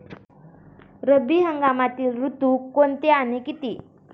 रब्बी हंगामातील ऋतू कोणते आणि किती?